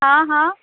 हां हां